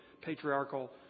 patriarchal